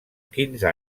quinze